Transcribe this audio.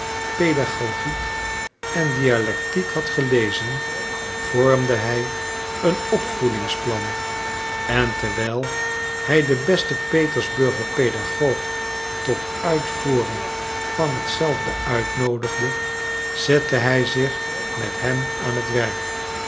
paedagogiek en dialectiek had gelezen vormde hij een opvoedingsplan en terwijl hij den besten petersburger paedagoog tot uitvoering van hetzelve uitnoodigde zette hij zich met hem aan het werk